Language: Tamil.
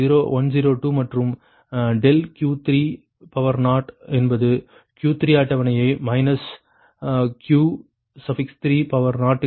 102 மற்றும் ∆Q30 என்பது Q3 அட்டவணையைக் மைனஸ் Q30க்கு சமம்